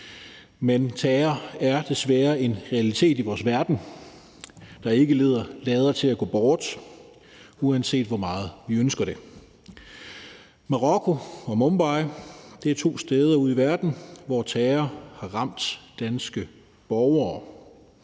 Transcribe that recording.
Men terror er desværre en realitet i vores verden, der ikke lader til at gå bort, uanset hvor meget vi ønsker det. Marokko og Mumbai er to steder ude i verden, hvor terror har ramt danske borgere,